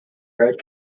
road